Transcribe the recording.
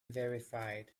verified